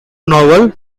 novel